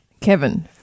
Kevin